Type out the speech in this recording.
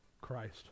Christ